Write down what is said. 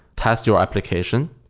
test your application.